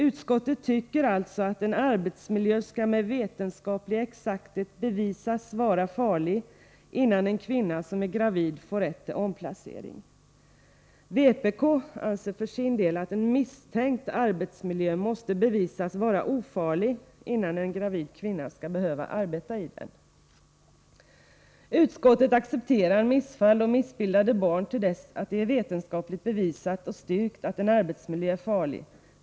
Utskottet tycker alltså att en arbetsmiljö med vetenskaplig exakthet skall bevisas vara farlig innan en kvinna som är gravid får rätt till omplacering. Vpk anser för sin del att en misstänkt arbetsmiljö måste bevisas vara ofarlig innan en gravid kvinna skall behöva arbeta i den. Utskottet accepterar missfall och missbildningar hos barn till dess att det är vetenskapligt bevisat och styrkt att en arbetsmiljö är farlig.